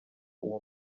uwo